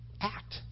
act